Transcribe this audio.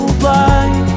blind